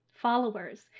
followers